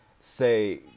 say